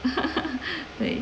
对